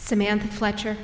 samantha fletcher